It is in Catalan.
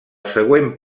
següent